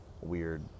weird